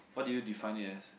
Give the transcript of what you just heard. what do you defined it as